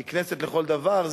היא כנסת לכל דבר,